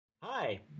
Hi